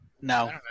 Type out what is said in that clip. No